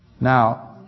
Now